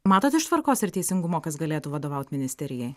matot iš tvarkos ir teisingumo kas galėtų vadovaut ministerijai